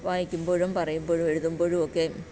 വായിക്കുമ്പോഴും പറയുമ്പോഴും എഴുതുമ്പോഴും ഒക്കെ